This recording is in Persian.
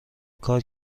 کار